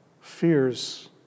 fears